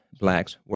blacks